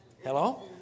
Hello